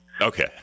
Okay